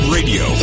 Radio